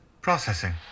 Processing